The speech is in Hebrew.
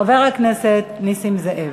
חבר הכנסת נסים זאב,